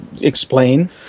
Explain